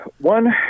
One